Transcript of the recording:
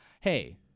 Hey